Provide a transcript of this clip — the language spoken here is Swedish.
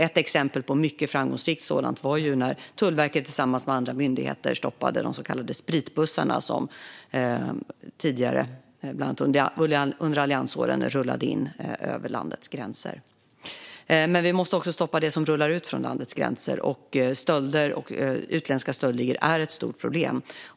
Ett exempel på ett mycket framgångsrikt sådant var när Tullverket tillsammans med andra myndigheter stoppade de så kallade spritbussarna som bland annat under alliansåren rullade in över landets gränser. Vi måste också stoppa det som rullar ut över landets gränser. Utländska stöldligor är ett stort problem.